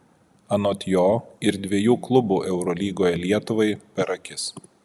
anot jo ir dviejų klubų eurolygoje lietuvai per akis